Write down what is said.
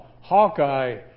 Hawkeye